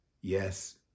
Yes